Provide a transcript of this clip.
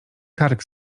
kark